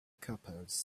couples